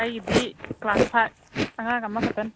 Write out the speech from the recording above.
ꯑꯩꯒꯤꯗꯤ class five ꯑꯉꯥꯡ ꯑꯃ ꯈꯛꯇꯅꯤ